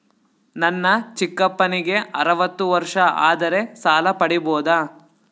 ನನ್ನ ಚಿಕ್ಕಪ್ಪನಿಗೆ ಅರವತ್ತು ವರ್ಷ ಆದರೆ ಸಾಲ ಪಡಿಬೋದ?